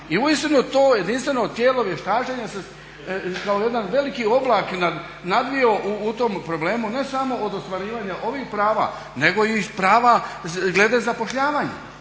I uistinu to jedinstveno tijelo vještačenja se kao jedan veliki oblak nadvio u tom problemu ne samo od ostvarivanja ovih prava nego i prava glede zapošljavanja.